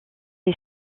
les